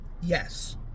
Yes